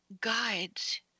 guides